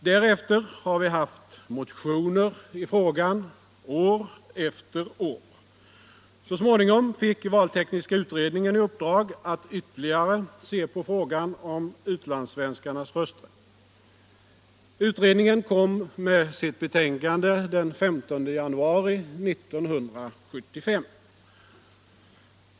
Därefter har vi haft motioner i frågan år efter år. Så småningom fick valtekniska utredningen i uppdrag att ytterligare se på frågan om utlandssvenskarnas rösträtt. Utredningen kom med sitt betänkande den 15 januari 1975.